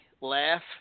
laugh